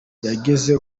yageze